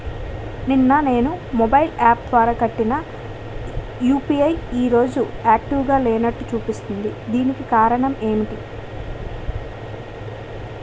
నిన్న నేను mobile app ద్వారా కట్టిన యు.పి.ఐ ఈ రోజు యాక్టివ్ గా లేనట్టు చూపిస్తుంది దీనికి కారణం ఏమిటి?